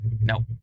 No